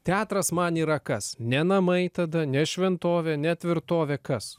teatras man yra kas ne namai tada ne šventovė ne tvirtovė kas